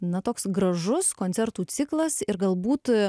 na toks gražus koncertų ciklas ir galbūt